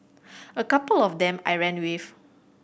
a couple of them I ran with